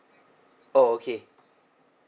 oh okay